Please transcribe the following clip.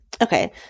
Okay